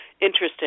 Interesting